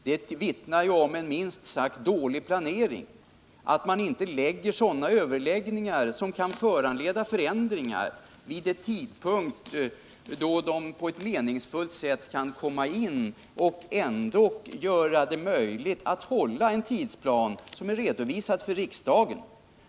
Det vittnar om en minst sagt dålig planering att man inte förlägger överläggningar som kan föranleda förändringar till en sådan tidpunkt att de på ett meningsfullt sätt kan påverka beslutet utan att man behöver ändra på den tidsplan som redovisats för riksdagen.